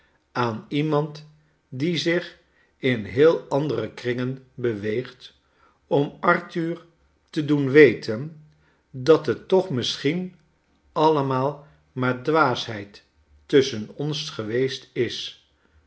aarx iemand die zich in heel andere kringen beweegt om arthur te doen weten dat het toch misschien allemaal maar dwaasheid tusschen ons geweest is